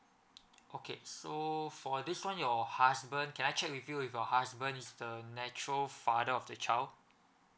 okay so for this one your husband can I check with you with your husband is the nature father of the child